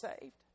saved